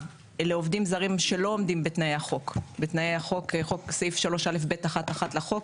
לעובדים זרים שלא עומדים בתנאי החוק סעיף 3א(ב)(1)(1) לחוק,